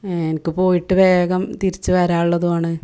എനിക്ക് പോയിട്ട് വേഗം തിരിച്ച് വരാനുള്ളതുമാണ്